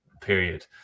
period